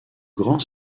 grand